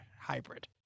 hybrid